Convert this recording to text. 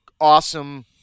Awesome